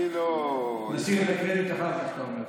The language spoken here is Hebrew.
אני לא, נשאיר את הקרדיט לאחר כך, אתה אומר.